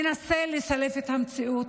ומנסה לסלף את המציאות?